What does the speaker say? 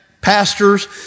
pastors